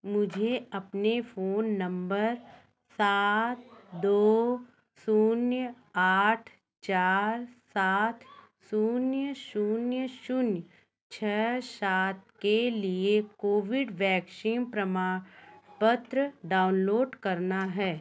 मुझे अपने phone number सात दो शून्य आठ चार सात शून्य शून्य शून्य छः सात के लिए कोविड वैक्सशीन प्रमाणपत्र डाउनलोड करना है